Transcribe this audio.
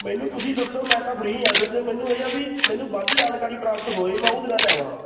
ਮੈਨੂੰ ਤੁਸੀਂ ਦੱਸੋ ਮੈਂ ਤਾਂ ਫਰੀ ਹਾਂ ਅਸਲ 'ਚ ਮੈਨੂੰ ਇਹ ਆ ਵੀ ਮੈਨੂੰ ਵੱਧ ਜਾਣਕਾਰੀ ਪ੍ਰਾਪਤ ਹੋਵੇ ਮੈਂ ਉਹ ਦਿਨਾਂ 'ਚ ਆਵਾਂ